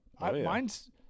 Mine's